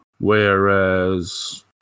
whereas